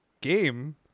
Game